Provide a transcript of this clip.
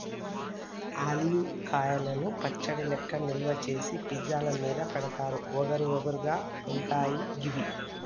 olive కాయలను పచ్చడి లెక్క నిల్వ చేసి పిజ్జా ల మీద పెడుతారు వగరు వగరు గా ఉంటయి గివి